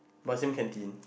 but same canteen